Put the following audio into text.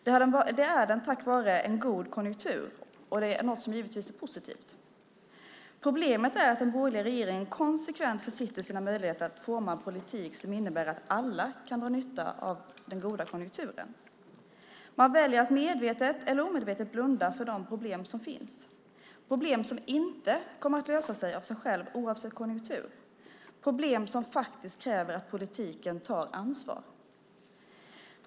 Det är den tack vare en god konjunktur, och det är givetvis något som är positivt. Problemet är att den borgerliga regeringen konsekvent försitter sina möjligheter att forma en politik som innebär att alla kan dra nytta av den goda konjunkturen. Man väljer att medvetet eller omedvetet blunda för de problem som finns. Det är problem som inte kommer att lösa sig av sig själva oavsett konjunktur, problem som faktiskt kräver att politiken tar ansvar.